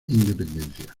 independencia